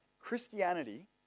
Christianity